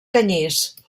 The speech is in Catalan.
canyís